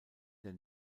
der